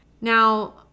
Now